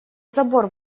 забор